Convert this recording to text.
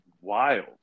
wild